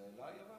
זה אליי, אבל?